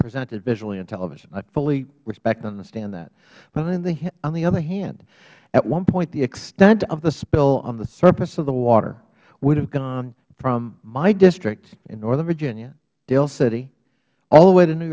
presented visually on television i fully respect and understand that but on the other hand at one point the extent of the spill on the surface of the water would have gone from my district in northern virginia dale city all the way to new